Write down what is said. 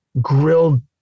grilled